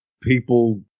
People